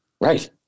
Right